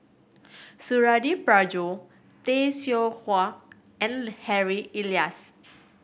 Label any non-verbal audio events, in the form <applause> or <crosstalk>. Suradi Parjo Tay Seow Huah and <unintelligible> Harry Elias